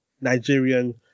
Nigerian